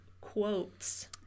quotes –